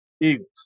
Eagles